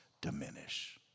diminish